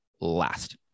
last